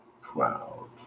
proud